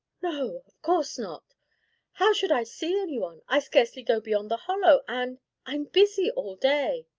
no of course not how should i see any one? i scarcely go beyond the hollow, and i'm busy all day.